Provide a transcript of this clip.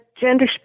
gender